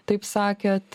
taip sakėt